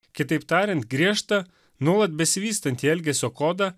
kitaip tariant griežtą nuolat besivystantį elgesio kodą